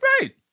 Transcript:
Right